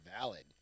valid